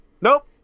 nope